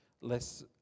less